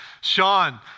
Sean